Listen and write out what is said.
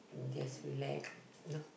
just relax you know